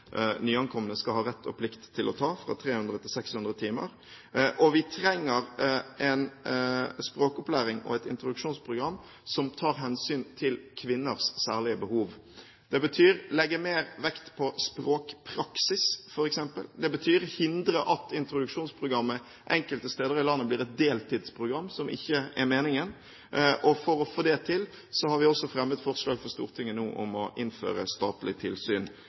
nyankomne har rett og plikt til å ta, fra 300 til 600 timer, og vi trenger en språkopplæring og et introduksjonsprogram som tar hensyn til kvinners særlige behov. Det betyr å legge mer vekt på språkpraksis, f.eks., og det betyr å hindre at introduksjonsprogrammet enkelte steder i landet blir et deltidsprogram, som ikke er meningen. For å få det til har vi nå også fremmet forslag for Stortinget om å innføre statlig tilsyn